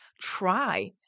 try